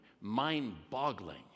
mind-boggling